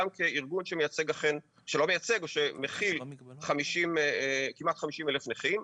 גם כארגון שמכיל כמעט 50,000 נכים.